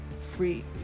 free